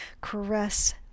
caress